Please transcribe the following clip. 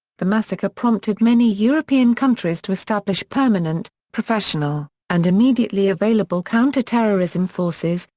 the massacre prompted many european countries to establish permanent, professional, and immediately available counter-terrorism forces,